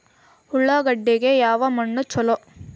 ಉಳ್ಳಾಗಡ್ಡಿಗೆ ಯಾವ ಮಣ್ಣು ಛಲೋ?